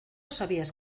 sabías